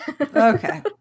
Okay